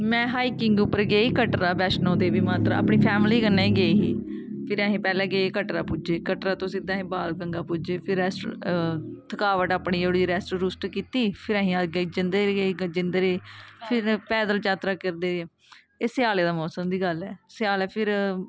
में हाईकिंग उप्पर गेई कटरा बैष्णो देवी माता अपनी फैमली कन्नै गेई ही फिर असीं पैह्लें गे कटरा पुज्जे कटरा तो सिद्धा अस बाण गंगा पुज्जे फिर अस थकावट अपनी जेह्ड़ी रैस्ट रुस्ट कीती फिर असीं अग्गें जंदे रेह् जंदे रेह् फिर पैदल जातरा करदे एह् स्याले दे मोसम दी गल्ल ऐ स्यालें फिर